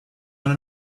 want